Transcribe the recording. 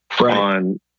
on